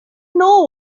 know